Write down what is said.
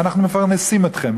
אנחנו מפרנסים אתכם,